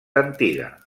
antiga